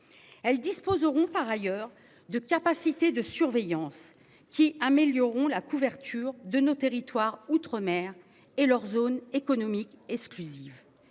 Elles disposeront par ailleurs de capacités de surveillance qui amélioreront la couverture de nos territoires outre-mer et leurs zones économiques exclusives,